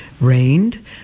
rained